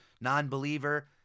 non-believer